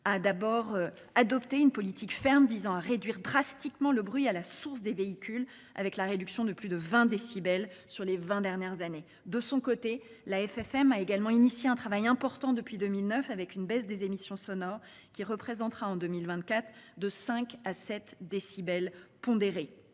a d'abord adopté une politique ferme visant à réduire drastiquement le bruit à la source des véhicules avec la réduction de plus de 20 décibels sur les 20 dernières années. De son côté, la FFM a également initié un travail important depuis 2009 avec une baisse des émissions sonores qui représentera en 2024 de 5 à 7 décibels pondérés.